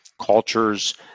cultures